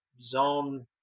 zone